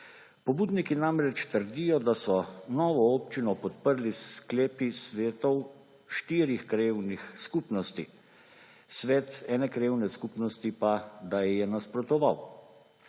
Pobudniki namreč trdijo, da so novo občino podprli s sklepi svetov štirih krajevnih skupnosti, svet ene krajevne skupnosti pa da ji je nasprotoval.